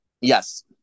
Yes